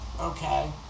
Okay